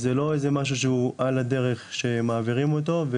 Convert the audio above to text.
זה לא איזה משהו שהוא על הדרך מעבירים אותו.